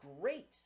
great